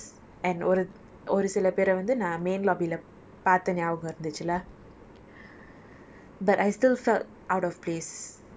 and then the I saw people lah they were staying in the villas and ஒரு ஒரு சில பேரை வந்து நா:oru oru sila perai vanthu naa main lobby லே பார்த்த ஞாபகம் இருந்துச்சு:le paartha nyabagam irunthuchu lah